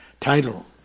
Title